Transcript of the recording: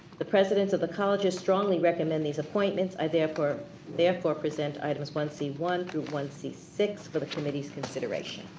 the presidents of the colleges strongly recommend these appointments. i therefore therefore present items one c one through one c six for the committee's consideration.